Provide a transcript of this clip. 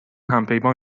همپیمان